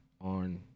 on